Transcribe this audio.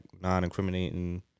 non-incriminating